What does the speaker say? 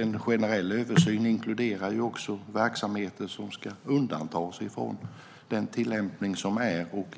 En generell översyn inkluderar också verksamheter som ska undantas från den tillämpningen.